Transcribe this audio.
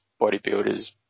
bodybuilders